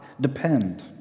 Depend